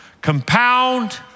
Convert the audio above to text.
compound